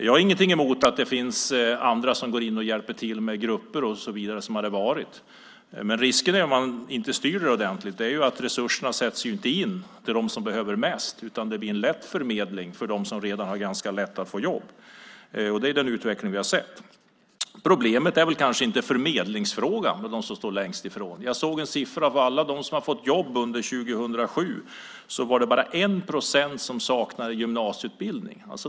Jag har ingenting emot att det finns andra som går in och hjälper till med grupper och så vidare, men om man inte styr det ordentligt finns risken att resurserna inte sätts in på dem som mest behöver dem. I stället kan det bli en förmedling av dem som redan har ganska lätt att få jobb. Det är den utveckling vi sett. Problemet är väl kanske inte förmedlingen för dem som står längst ifrån. Jag såg en siffra på alla som fått jobb under 2007. Endast 1 procent av dem saknade gymnasieutbildning.